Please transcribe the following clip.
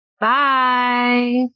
Bye